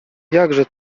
jakże